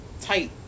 tight